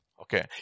Okay